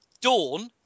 Dawn